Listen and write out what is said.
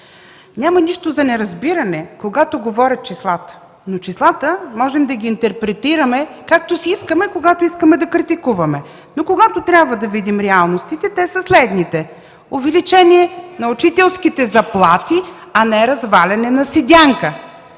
Няма нищо за неразбиране, когато говорят числата. Числата можем да ги интерпретираме както си искаме, когото искаме да критикуваме. Но когато трябва да видим реалностите, те са следните: увеличение на учителските заплати, а не разваляне на седянка;